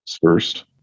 first